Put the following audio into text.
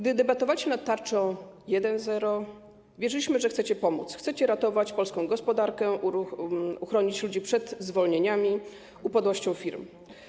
Gdy debatowaliśmy nad tarczą 1.0, wierzyliśmy, że chcecie pomóc, chcecie ratować polską gospodarkę, uchronić ludzi przed zwolnieniami, upadłością firm.